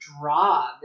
draw